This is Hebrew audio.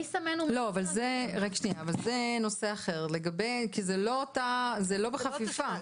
אבל זה נושא אחר כי זה לא בחפיפה.